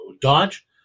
Dodge